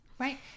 Right